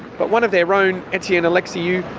but one of their own, etienne alexiou,